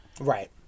Right